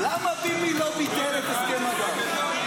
למה באמת ביבי לא ביטל את הסכם הגז?